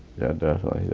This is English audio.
yeah. definitely. yeah.